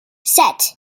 set